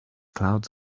clouds